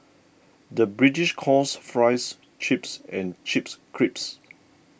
the British calls Fries Chips and Chips Crisps